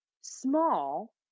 small